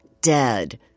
dead